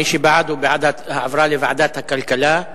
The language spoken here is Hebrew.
מי שבעד הוא בעד העברה לוועדת הכלכלה,